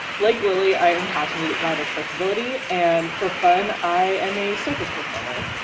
like lily, i am passionate about accessibility. and for fun, i am a circus performer.